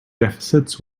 deficits